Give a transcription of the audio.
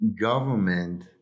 government